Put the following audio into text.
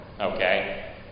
Okay